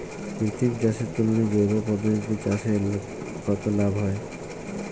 কৃত্রিম চাষের তুলনায় জৈব পদ্ধতিতে চাষে কত লাভ হয়?